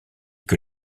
que